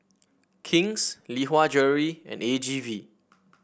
King's Lee Hwa Jewellery and A G V